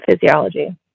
physiology